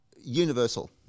universal